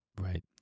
right